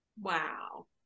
Wow